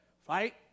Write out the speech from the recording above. Fight